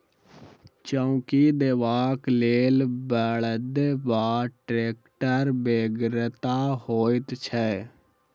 चौकी देबाक लेल बड़द वा टेक्टरक बेगरता होइत छै